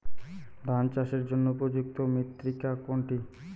ধান চাষের জন্য উপযুক্ত মৃত্তিকা কোনটি?